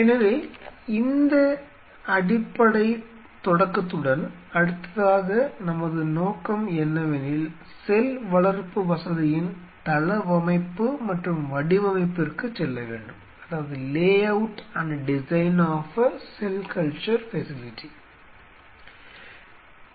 எனவே இந்த அடிப்படை தொடக்கத்துடன் அடுத்ததாக நமது நோக்கம் என்னவெனில் நாம் செல் வளர்ப்பு வசதியின் தளவமைப்பு மற்றும் வடிவமைப்பிற்குச் செல்ல வேண்டும் என்பதாகும்